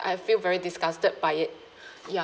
I feel very disgusted by it ya